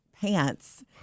pants